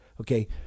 Okay